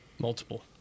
Multiple